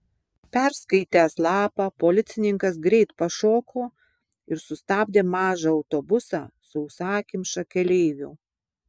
perskaitęs lapą policininkas greit pašoko ir sustabdė mažą autobusą sausakimšą keleivių